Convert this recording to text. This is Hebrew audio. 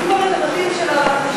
הרסו כבר את הבתים של האנשים,